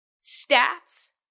stats